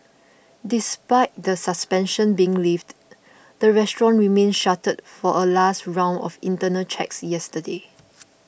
despite the suspension being lifted the restaurant remained shuttered for a last round of internal checks yesterday